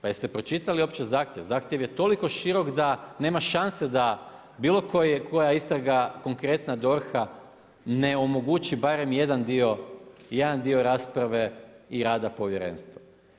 Pa jeste pročitali uopće zahtjev, zahtjev je toliko širok da nema šanse da bilo koja istraga, konkretno DORH-a ne omogući barem jedan dio rasprave i rada povjerenstva.